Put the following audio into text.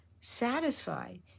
satisfied